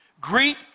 Greet